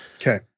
Okay